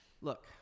look